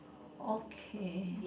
okay